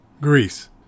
Greece